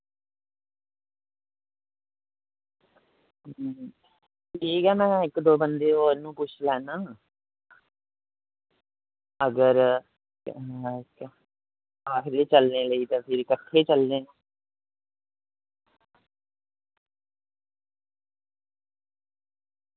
ठीक ऐ में इक दो बंदे नू होर नू पुच्छी लैन्ना अगर आखदे चलने लेई ते फिर कट्ठे चलने आं